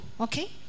Okay